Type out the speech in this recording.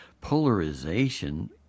Polarization